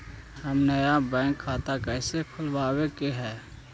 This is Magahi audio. हम नया बैंक खाता कैसे खोलबाबे के है?